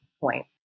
point